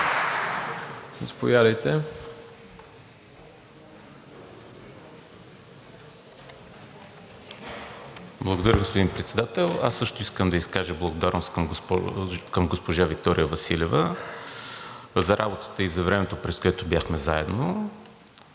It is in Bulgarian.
Благодаря, господин Председател. Аз също искам да изкажа благодарност към госпожа Виктория Василева за работата и за времето, през което бяхме заедно.